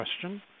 question